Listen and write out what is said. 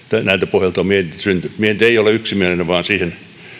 pohjalta on mietintö syntynyt mietintö ei ole yksimielinen vaan siihen